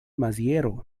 maziero